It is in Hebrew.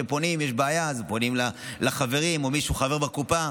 כשיש בעיה אז פונים לחברים או לחבר בקופה.